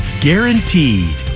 guaranteed